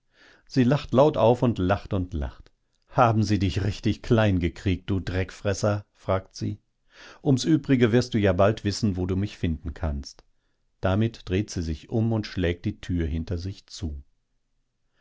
sie lacht laut auf und lacht und lacht haben sie dich richtig kleingekriegt du dreckfresser fragt sie ums übrige wirst du ja bald wissen wo du mich finden kannst damit dreht sie sich um und schlägt die tür hinter sich zu